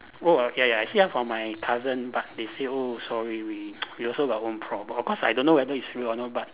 oh ya ya I see hear from my cousin but they say oh sorry we we we also got our own problems of course I don't know whether it's real or not but